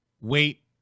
wait